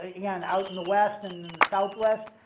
ah yeah and out in the west and and southwest,